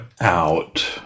out